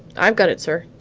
i've got it, sir.